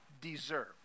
deserve